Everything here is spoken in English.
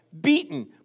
beaten